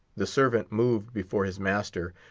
the servant moved before his master,